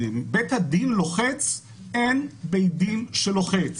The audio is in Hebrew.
הם מבקשים ומתחננים שנוכל לסייע בידם כדי לגמור נושא